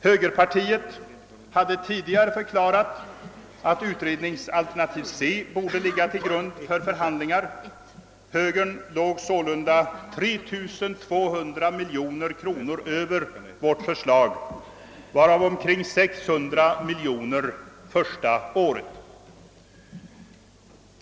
Högerpartiet hade tidigare förklarat att utredningsalternativ C borde ligga till grund för förhandlingar, och högern låg sålunda 3200 miljoner kronor över vårt förslag, varav omkring 600 miljoner kronor hänförde sig till första året.